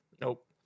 nope